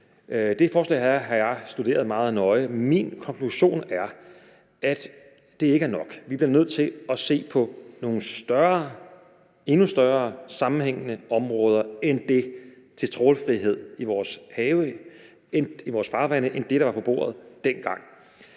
Det forslag har jeg studeret meget nøje. Min konklusion er, at det ikke er nok. Vi bliver nødt til at se på nogle endnu større sammenhængende områder med trawlfrihed i vores farvande end det, der var på bordet dengang.